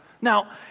Now